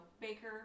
Baker